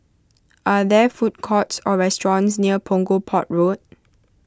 are there food courts or restaurants near Punggol Port Road